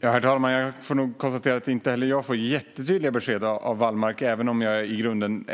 Herr talman! Jag får nog konstatera att inte heller jag får jättetydliga besked av Wallmark, även om jag i grunden